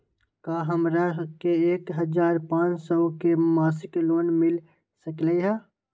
का हमरा के एक हजार पाँच सौ के मासिक लोन मिल सकलई ह?